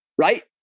right